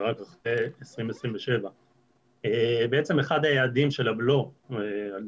זה רק אחרי 2027. בעצם אחד היעדים של הבלו על